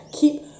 keep